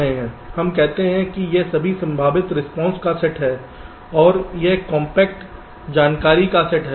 हम कहते हैं कि यह सभी संभावित रिस्पांसस का सेट है और यह कॉम्पैक्ट जानकारी का सेट है